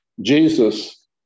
Jesus